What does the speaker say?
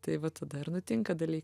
tai va tada ir nutinka dalykų